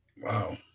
Wow